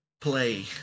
play